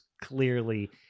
clearly